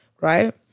right